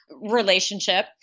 relationship